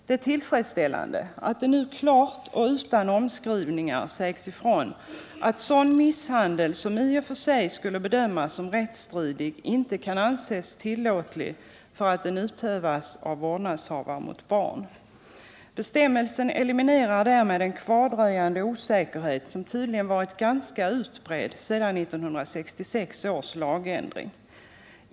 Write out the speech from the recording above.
Det är tillfredsställande att det nu klart och utan omskrivningar sägs ifrån, att sådan misshandel som i och för sig skulle bedömas som rättsstridig inte kan anses tillåtlig för att den utövas av vårdnadshavare mot barn. Bestämmelsen eliminerar därmed den kvardröjande osäkerhet som tydligen varit ganska utbredd sedan 1966 års lagändring.